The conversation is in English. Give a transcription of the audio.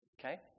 okay